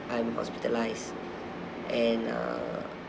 I'm hospitalised and uh